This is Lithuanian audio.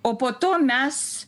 o po to mes